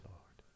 Lord